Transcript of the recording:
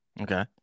Okay